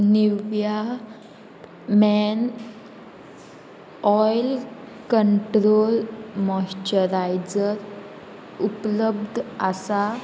Nivea men oil control moisturiser उपलब्ध आसा